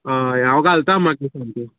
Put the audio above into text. हय हय हांव घालता मागीर सांचे